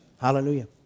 Hallelujah